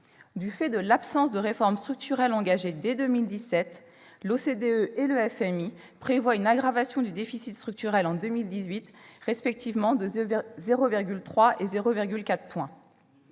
Du fait de l'absence de réforme structurelle engagée dès 2017, l'OCDE et le FMI prévoient une aggravation du déficit structurel en 2018, respectivement de 0,3 et 0,4 point.